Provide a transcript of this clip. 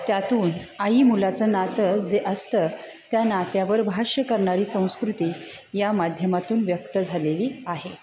त्यातून आई मुलाचं नातं जे असतं त्या नात्यावर भाष्य करणारी संस्कृती या माध्यमातून व्यक्त झालेली आहे